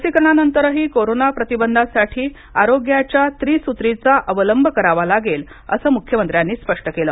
लसीकरणांनतरही corona प्रतिबंधासाठी आरोग्याच्या त्रिसूत्रीचा अवलंब करावा लागेल असं मुख्यमंत्र्यांनी स्पष्ट केलं